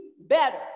better